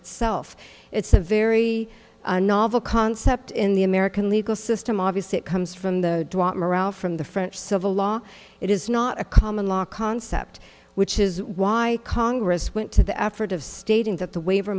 itself it's a very novel concept in the american legal system obviously it comes from the morale from the french civil law it is not a common law concept which is why congress went to the effort of stating that the waiver